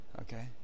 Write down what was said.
Okay